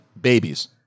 babies